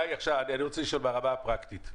עכשיו ברמה הפרקטית.